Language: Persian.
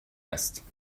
است